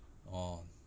orh